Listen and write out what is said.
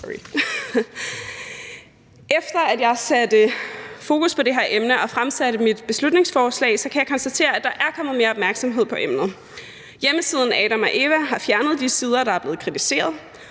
Efter at jeg satte fokus på det her emne og vi fremsatte beslutningsforslaget, kan jeg konstatere, at der er kommet mere opmærksomhed omkring emnet. Hjemmesiden AdamogEva.dk har fjernet de sider, der er blevet kritiseret,